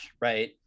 Right